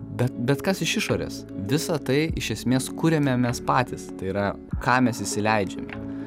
bet bet kas iš išorės visa tai iš esmės kuriame mes patys tai yra ką mes įsileidžiame